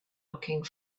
looking